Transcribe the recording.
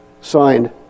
Signed